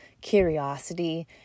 curiosity